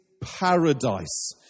paradise